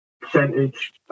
percentage